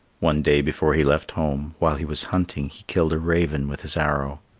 one day before he left home, while he was hunting he killed a raven with his arrow.